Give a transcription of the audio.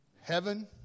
heaven